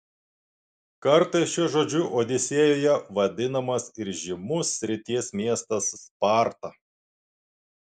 kartais šiuo žodžiu odisėjoje vadinamas ir žymus srities miestas sparta